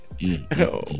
No